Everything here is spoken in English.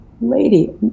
lady